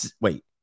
wait